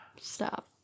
stop